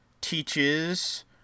teaches